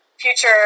future